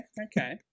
okay